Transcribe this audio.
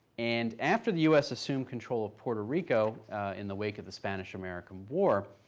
and after the u s. assumed control of puerto rico in the wake of the spanish american war,